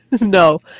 no